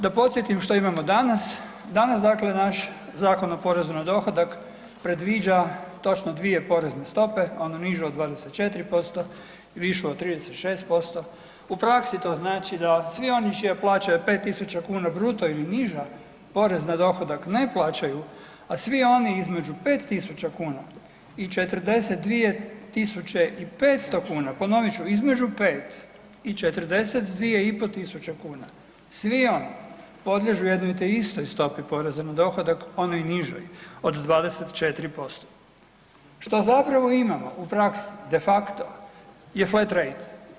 Da podsjetim što imamo danas, danas naš Zakon o porezu na dohodak predviđa točno dvije porezne stope, onu nižu od 24% i višu od 36% u praksi to znači da svi oni će plaćati 5.000 kuna bruto ili niža porez na dohodak ne plaćaju, a svi oni između 5.000 kuna i 42.500, ponovit ću između 5.000 i 42.500 kuna svi oni podliježu jednoj te istoj stopi poreza na dohodak onoj nižoj od 24%, što zapravo imamo u praksi de facto je flaterate.